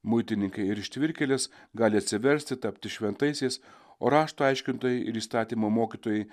muitininkai ir ištvirkėlės gali atsiversti tapti šventaisiais o rašto aiškintojai ir įstatymo mokytojai